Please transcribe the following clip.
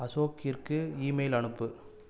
அசோக்கிற்கு email அனுப்பு